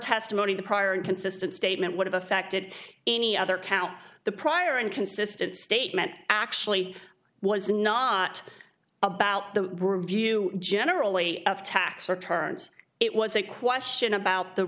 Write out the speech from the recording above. testimony the prior inconsistent statement would have affected any other count the prior inconsistent statement actually was not about the review generally of tax returns it was a question about the